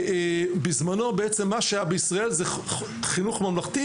ובזמנו בעצם מה שהיה בישראל זה חינוך ממלכתי,